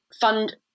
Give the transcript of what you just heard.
fund